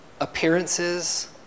appearances